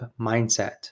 mindset